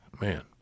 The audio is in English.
Man